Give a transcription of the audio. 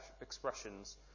expressions